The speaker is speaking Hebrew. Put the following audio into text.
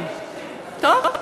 עליזה,